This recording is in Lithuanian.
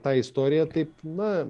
tą istoriją taip na